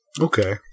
Okay